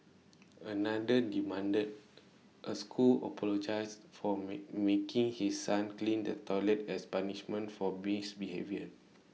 another demanded A school apologise for making his son clean the toilet as punishment for misbehaviour